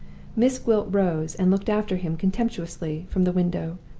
miss gwilt rose and looked after him contemptuously from the window,